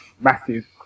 massive